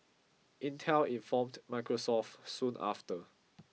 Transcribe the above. Intel informed Microsoft soon after